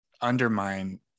undermine